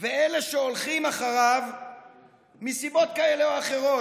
ואלה שהולכים אחריו מסיבות כאלה או אחרות,